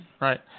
right